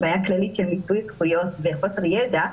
זאת בעיה כללית של מיצוי זכויות וחוסר ידע,